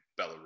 Belarus